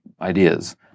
ideas